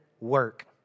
work